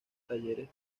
talleres